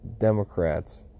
Democrats